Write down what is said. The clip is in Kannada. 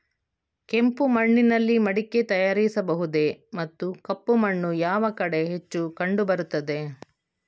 ಕೆಂಪು ಮಣ್ಣಿನಲ್ಲಿ ಮಡಿಕೆ ತಯಾರಿಸಬಹುದೇ ಮತ್ತು ಕಪ್ಪು ಮಣ್ಣು ಯಾವ ಕಡೆ ಹೆಚ್ಚು ಕಂಡುಬರುತ್ತದೆ?